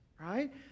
right